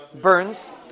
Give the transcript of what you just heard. burns